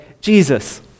Jesus